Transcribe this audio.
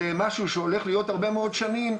למשהו שהול ך להיות הרבה מאוד שנים,